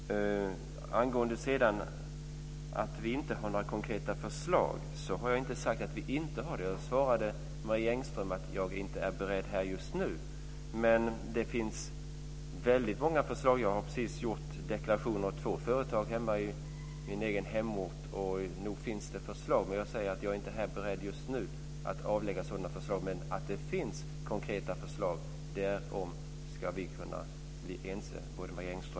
Beträffande att vi inte har några konkreta förslag, så har jag inte sagt att vi inte har det. Jag svarade Marie Engström att jag inte är beredd att här just nu redogöra för dem. Men det finns väldigt många förslag. Jag har precis gjort deklarationer åt två företag hemma i min egen hemort, och nog finns det förslag. Men jag säger att jag inte är beredd att här just nu redogöra för sådana förslag. Men att det finns konkreta förslag, därom ska vi kunna bli ense, Marie